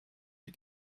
wie